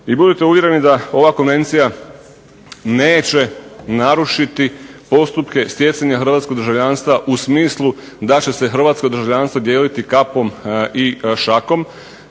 I budite uvjereni da ova Konvencija neće narušiti stjecanje hrvatskog državljanstva u smislu da će se državljanstvo dijeliti kapom i šakom.